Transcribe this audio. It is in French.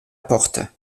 porte